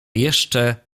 jeszcze